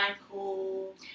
Michael